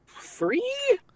Free